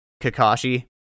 Kakashi